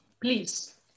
Please